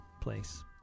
place